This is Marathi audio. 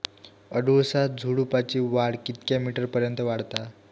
अडुळसा झुडूपाची वाढ कितक्या मीटर पर्यंत वाढता?